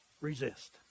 Resist